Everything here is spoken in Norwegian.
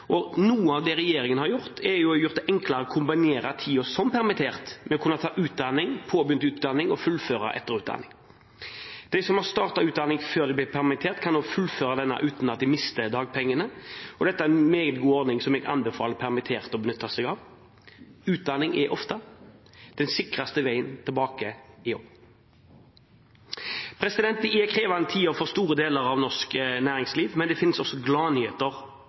Noe av det regjeringen har gjort, er å gjøre det enklere å kombinere tiden som permittert med å ta utdanning, fullføre påbegynt utdanning og etterutdanning. De som har startet utdanning før de blir permitterte, kan fullføre den uten at de mister dagpengene. Dette er en meget god ordning som jeg anbefaler permitterte å benytte seg av. Utdanning er ofte den sikreste veien tilbake i jobb. Det er krevende tider for store deler av norsk næringsliv, men det finnes også